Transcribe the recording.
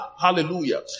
Hallelujah